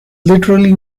literally